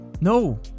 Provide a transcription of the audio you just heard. No